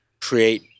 create